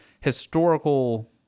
historical